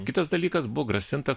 kitas dalykas buvo grasinta